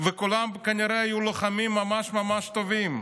כולם כנראה היו לוחמים ממש ממש טובים.